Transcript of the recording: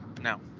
now